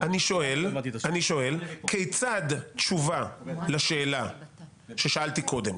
אני שואל כיצד תשובה לשאלה ששאלתי קודם,